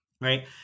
Right